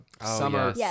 summer